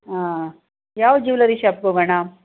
ಹಾಂ ಯಾವ ಜುವೆಲ್ಲರಿ ಶಾಪ್ಗೋಗೋಣ